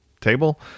table